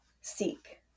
seek